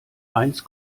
eins